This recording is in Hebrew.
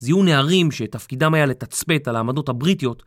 זיהו נערים שתפקידם היה לתצפת על העמדות הבריטיות